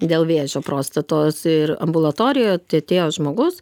dėl vėžio prostatos ir ambulatorijoje tie atėjo žmogus